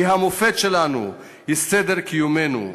היא המופת שלנו, היא סוד קיומנו: